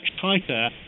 tighter